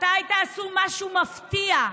מתי תעשו משהו מפתיע,